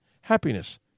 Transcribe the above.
happiness